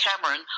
Cameron